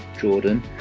Jordan